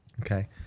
Okay